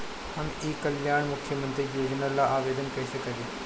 हम ई कल्याण मुख्य्मंत्री योजना ला आवेदन कईसे करी?